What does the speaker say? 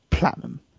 platinum